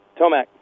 Tomac